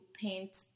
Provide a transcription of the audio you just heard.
paint